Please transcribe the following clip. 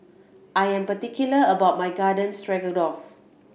I am particular about my Garden Stroganoff